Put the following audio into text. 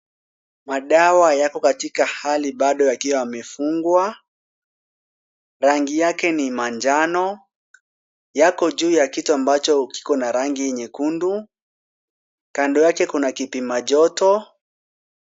Madawa ziko katika hali bado yakiwa yamefungwa, rangi yake ni manjano. Yako juu ya kitu ambacho kikona rangi nyekundu na kando yake kuna kipima joto.